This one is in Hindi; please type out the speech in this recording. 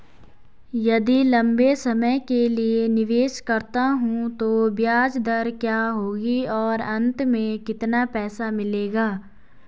यदि लंबे समय के लिए निवेश करता हूँ तो ब्याज दर क्या होगी और अंत में कितना पैसा मिलेगा?